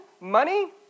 money